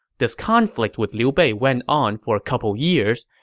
this conflict with liu bei went on for a couple years,